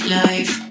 life